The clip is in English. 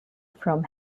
from